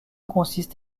consiste